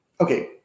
okay